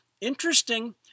interesting